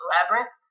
Labyrinth